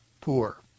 poor